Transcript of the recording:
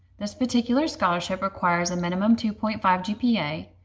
this particular scholarship requires a minimum two point five gpa,